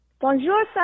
bonjour